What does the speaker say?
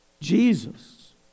Jesus